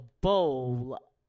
bowl